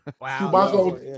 Wow